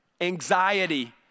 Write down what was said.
anxiety